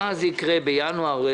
מה יקרה להם בינואר,